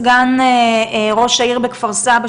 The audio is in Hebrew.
סגן ראש העיר בכפר סבא,